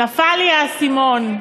נפל לי האסימון,